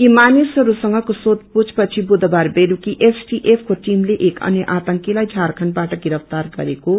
यी मानिसहरूसंगको सोबपूछ पछि बुधबार बेलुकी एसटिएफको टीमले एक अन्य आतंकीलाई भारखण्डबाट बिरफ्तार गरेको